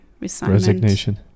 resignation